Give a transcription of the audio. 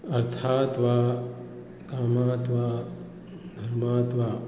अर्थात् वा कामात् वा धर्मात् वा